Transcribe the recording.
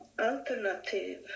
alternative